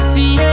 See